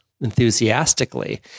enthusiastically